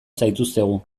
zaituztegu